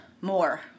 more